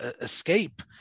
escape